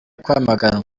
kwamaganwa